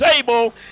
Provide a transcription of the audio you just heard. table